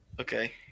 Okay